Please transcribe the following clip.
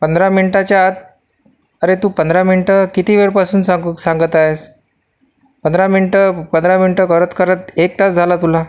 पंधरा मिनिटाच्या आत अरे तू पंधरा मिनिटं किती वेळपासून सांगू सांगत आहेस पंधरा मिनिटं पंधरा मिनिटं करत करत एक तास झाला तुला